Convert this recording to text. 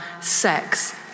sex